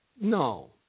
no